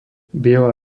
biela